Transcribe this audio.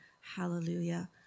Hallelujah